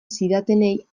zidatenei